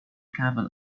cavern